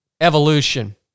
evolution